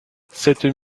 sept